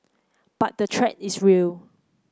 but the threat is real